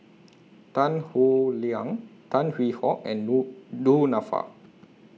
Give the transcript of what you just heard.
Tan Howe Liang Tan Hwee Hock and Du Du Nanfa